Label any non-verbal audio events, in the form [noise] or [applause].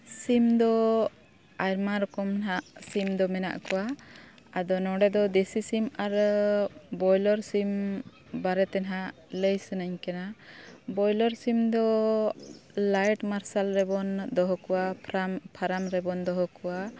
ᱥᱤᱢ ᱫᱚ ᱟᱭᱢᱟ ᱨᱚᱠᱚᱢ ᱦᱟᱸᱜ ᱥᱤᱢ ᱫᱚ ᱢᱮᱱᱟᱜ ᱠᱚᱣᱟ ᱟᱫᱚ ᱱᱚᱸᱰᱮ ᱫᱚ ᱫᱮᱥᱤ ᱥᱤᱢ ᱟᱨ ᱵᱚᱭᱞᱟᱨ ᱥᱤᱢ ᱵᱟᱨᱮᱛᱮ ᱱᱟᱦᱟᱜ ᱞᱟᱹᱭ ᱥᱟᱱᱟᱧ ᱠᱟᱱᱟ ᱵᱚᱭᱞᱟᱨ ᱥᱤᱢ ᱫᱚ ᱞᱟᱭᱤᱴ ᱢᱟᱨᱥᱟᱞ ᱨᱮᱵᱚᱱ ᱫᱚᱦᱚ ᱠᱚᱣᱟ [unintelligible] ᱯᱷᱟᱨᱟᱢ ᱨᱮᱵᱚᱱ ᱫᱚᱦᱚ ᱠᱚᱣᱟ